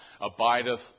abideth